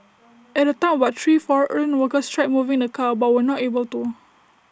at the time about three foreign workers tried moving the car but were not able to